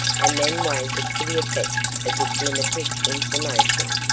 and then waited for the effect of this limited information.